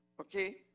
Okay